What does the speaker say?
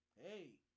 hey